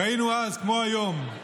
ראינו אז, כמו היום,